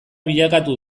bilakatu